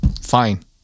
fine